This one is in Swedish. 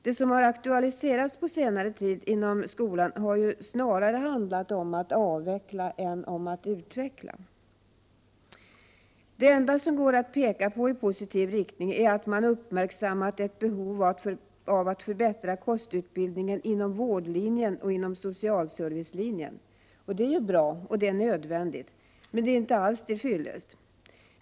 Det som har aktualiserats på senare tid inom skolan har ju snarare handlat om att avveckla än om att utveckla. Det enda som går att peka på i positiv riktning är att man uppmärksammat ett behov av att förbättra kostutbildningen inom vårdlinjen och inom socialservicelinjen. Det är ju bra och det är nödvändigt, men det är inte alls till fyllest.